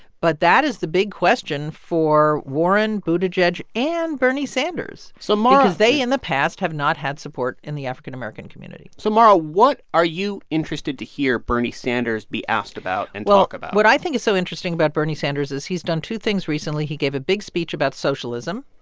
but that is the big question for warren, buttigieg and bernie sanders. so mara. because they, in the past, have not had support in the african american community so mara, what are you interested to hear bernie sanders be asked about and talk about? well, what i think is so interesting about bernie sanders is he's done two things recently he gave a big speech about socialism,